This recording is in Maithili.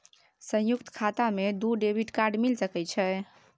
संयुक्त खाता मे दू डेबिट कार्ड मिल सके छै?